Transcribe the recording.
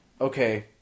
okay